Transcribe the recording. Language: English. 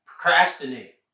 procrastinate